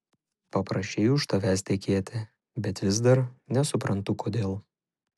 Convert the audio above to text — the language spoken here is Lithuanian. paprašei už tavęs tekėti bet vis dar nesuprantu kodėl